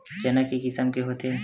चना के किसम के होथे?